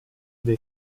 dai